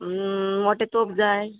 मोटे तोप जाय